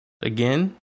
Again